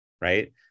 right